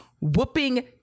whooping